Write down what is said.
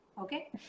Okay